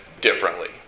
differently